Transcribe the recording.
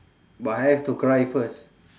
but I have to cry first